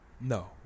No